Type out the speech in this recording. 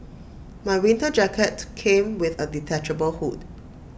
my winter jacket came with A detachable hood